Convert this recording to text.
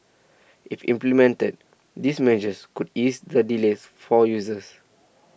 if implemented these measures could ease the delays for users